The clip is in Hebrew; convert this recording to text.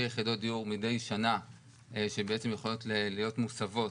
יחידות דיור מדי שנה שיכולות להיות מושגות,